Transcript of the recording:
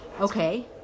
Okay